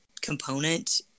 component